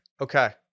Okay